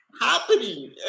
happening